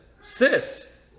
Sis